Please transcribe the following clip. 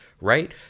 right